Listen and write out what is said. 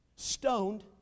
stoned